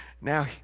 Now